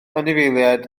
anifeiliaid